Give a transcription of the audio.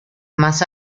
más